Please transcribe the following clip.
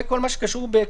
סעיף קטן (ב).